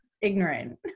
Ignorant